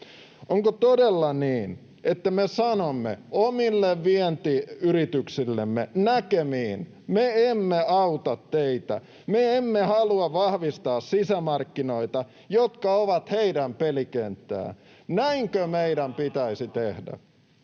Onko todella niin, että me sanomme omille vientiyrityksillemme näkemiin, että me emme auta niitä, me emme halua vahvistaa sisämarkkinoita, jotka ovat niiden pelikenttää. Näinkö meidän pitäisi tehdä?